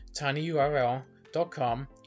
tinyurl.com